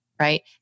right